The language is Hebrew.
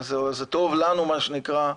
זה טוב לנו, מה שנקרא,